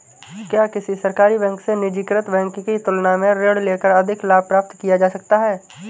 क्या किसी सरकारी बैंक से निजीकृत बैंक की तुलना में ऋण लेकर अधिक लाभ प्राप्त किया जा सकता है?